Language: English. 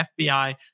FBI